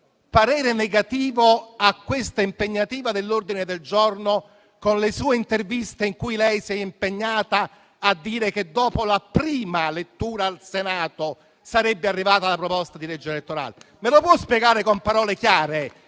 parere contrario a questa impegnativa dell'ordine del giorno, a fronte delle interviste in cui lei si è impegnata a dire che, dopo la prima lettura al Senato, sarebbe arrivata la proposta di legge elettorale? Me lo può spiegare con parole chiare